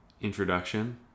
introduction